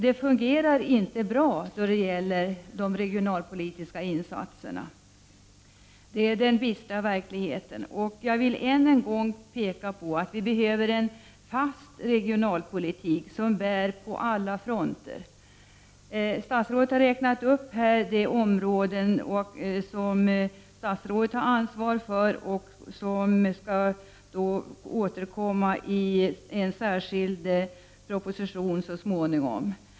Det fungerar inte bra då det gäller de regionalpolitiska insatserna, det är den bistra verkligheten. Jag vill än en gång peka på att det behövs en fast regionalpolitik som bär på alla fronter. Statsrådet har räknat upp de områden som hon har ansvar för och skall återkomma till i en särskild proposition så småningom.